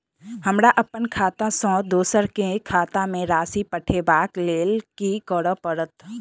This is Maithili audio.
हमरा अप्पन खाता सँ दोसर केँ खाता मे राशि पठेवाक लेल की करऽ पड़त?